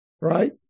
right